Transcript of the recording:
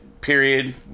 period